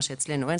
מה שאצלנו אין.